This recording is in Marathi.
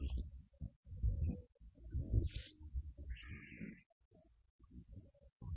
तर हे ० आहे तर हे पुन्हा १ आहे